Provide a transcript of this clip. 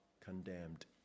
condemned